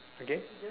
okay